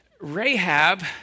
Rahab